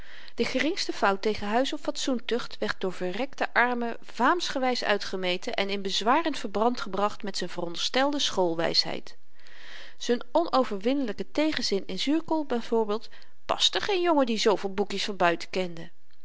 de geringste fout tegen huis of fatsoentucht werd door verrekte armen vaamsgewys uitgemeten en in bezwarend verband gebracht met z'n veronderstelde schoolwysheid z'n onoverwinnelyke tegenzin in zuurkool byv paste geen jongen die zooveel boekjes van buiten kende